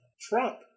Trump